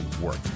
work